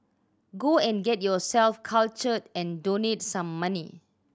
go and get yourself cultured and donate some money